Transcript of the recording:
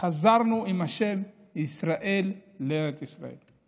חזרנו עם השם "ישראל" לארץ ישראל.